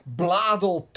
...bladel